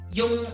yung